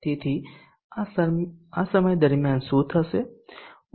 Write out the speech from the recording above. તેથી આ સમય દરમિયાન શું થશે